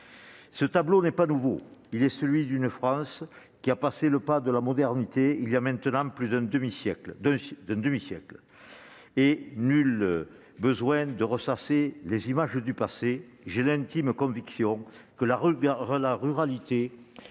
Ce tableau n'est pas nouveau, il est celui d'une France qui a passé le pas de la modernité il y a maintenant plus d'un demi-siècle. Nul besoin, toutefois, de ressasser les images du passé : j'ai l'intime conviction que la ruralité